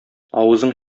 авызың